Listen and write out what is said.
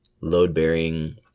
load-bearing